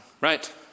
right